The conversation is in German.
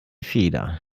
feder